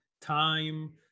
time